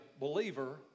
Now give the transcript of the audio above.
believer